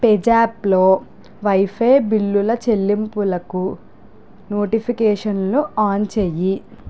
పేజాప్లో WiFi బిల్ల చెల్లింపులకి నోటిఫికేషన్లు ఆన్ చేయి